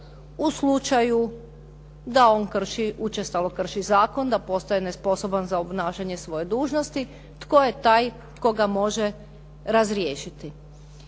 u slučaju da on krši, učestalo krši zakon, da postaje nesposoban za obnašanje svoje dužnosti tko je taj tko ga može razriješiti.